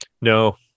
no